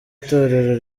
itorero